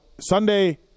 Sunday